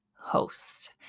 host